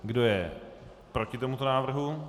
Kdo je proti tomuto návrhu?